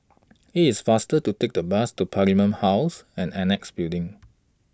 IT IS faster to Take The Bus to Parliament House and Annexe Building